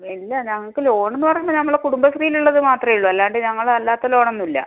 ഇല്ല ഞങ്ങൾക്ക് ലോണെന്ന് പറയുമ്പം നമ്മളുടെ കുടുംബശ്രീയിൽ ഉള്ളത് മാത്രമെ ഉള്ളൂ അല്ലാണ്ട് ഞങ്ങൾ അല്ലാത്ത ലോണൊന്നും ഇല്ല